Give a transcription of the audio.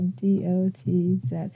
D-O-T-Z